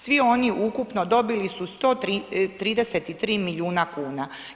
Svi oni ukupno dobili su 133 milijuna kuna.